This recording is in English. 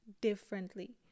differently